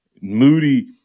Moody